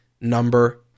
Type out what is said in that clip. number